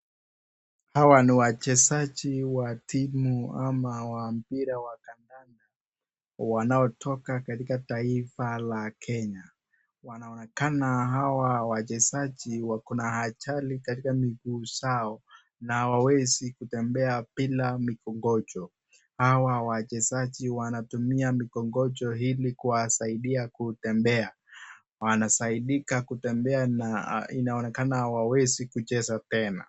Hawa ni wachezaji wa timu ama wachezaji wa kadandanda, wanaotoka katika taifa la Kenya, wanaonekana hawa wachezaji wako na ajali katika miguu zao na hawaezi kutembea bila mikongojo, hawa wachezaji wanatumia mikongojo ili kuwasaidia kutembea wanasaidika kutembea na inaoneakana hawaezi kucheza tena.